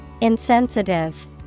Insensitive